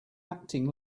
acting